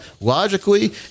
logically